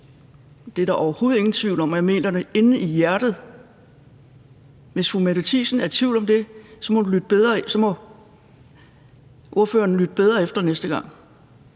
Det er der overhovedet ingen tvivl om. Og jeg mener det inde i hjertet. Hvis fru Mette Thiesen er i tvivl om det, må hun lytte bedre efter næste gang.